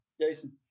Jason